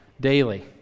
daily